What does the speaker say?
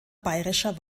bayerischer